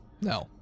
No